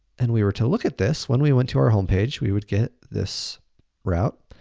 and we were to look at this, when we went to our home page, we would get this route.